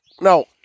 no